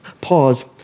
Pause